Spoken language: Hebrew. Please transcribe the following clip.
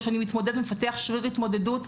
או שאני מפתח שריר התמודדות,